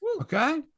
Okay